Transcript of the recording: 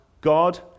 God